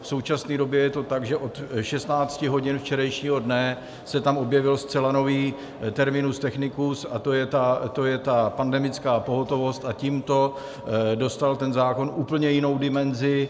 V současné době je to tak, že od 16 hodin včerejšího dne se tam objevil zcela nový terminus technicus, a to je ta pandemická pohotovost, a tímto dostal ten zákon úplně jinou dimenzi.